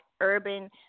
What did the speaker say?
urban